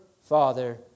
Father